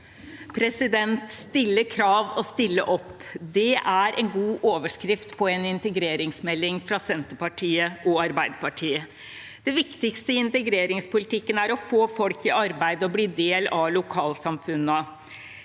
«Stille krav og stille opp» – det er en god overskrift på en integreringsmelding fra Senterpartiet og Arbeiderpartiet. Det viktigste i integreringspolitikken er å få folk i arbeid og at de blir en del av lokalsamfunnene.